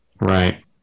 right